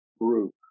group